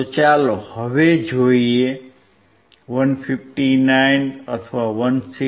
તો ચાલો હવે જોઈએ 159 અથવા 160